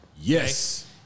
Yes